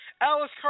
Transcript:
Alice